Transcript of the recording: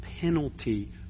penalty